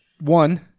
One